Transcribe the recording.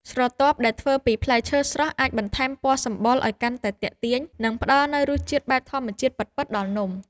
ស្រទាប់ដែលធ្វើពីផ្លែឈើស្រស់អាចបន្ថែមពណ៌សម្បុរឱ្យកាន់តែទាក់ទាញ និង ផ្ដល់នូវរសជាតិបែបធម្មជាតិពិតៗដល់នំ។